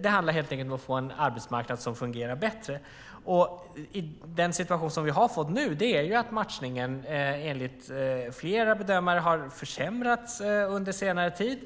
Det handlar helt enkelt om att få en arbetsmarknad som fungerar bättre. Den situation som vi nu fått är att matchningen enligt flera bedömare har försämrats under senare tid.